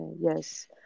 yes